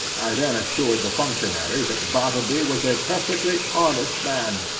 i then assured the functionary that bartleby was a perfectly honest man,